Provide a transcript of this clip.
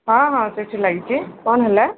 ହଁ ହଁ ସେଇଠି ଲାଗିଛି କ'ଣ ହେଲା